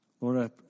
Lord